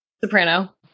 Soprano